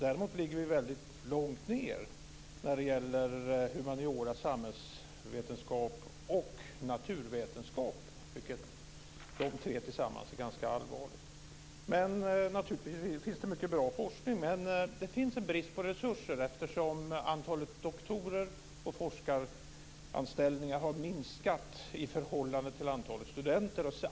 Däremot ligger vi väldigt långt ned inom humaniora, samhällsvetenskap och naturvetenskap, vilket är ganska allvarligt. Naturligtvis finns det mycket bra forskning, men det finns en brist på resurser. Antalet doktorer och forskaranställningar har minskat i förhållande till antalet studenter.